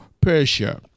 Persia